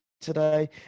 today